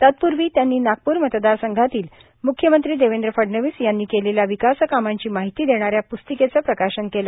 तत्पूर्वी त्यांनी नागपूर मतदार संवातील मुख्यमंत्री देवेद्र फडणवीस यांनी केलेल्या विकास कामांची माहिती देणाऱ्या पुस्तिकेचं प्रकाशन केलं